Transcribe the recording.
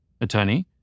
Attorney